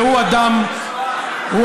והוא אדם נאצי.